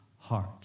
heart